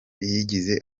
yagize